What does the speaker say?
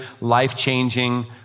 life-changing